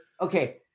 Okay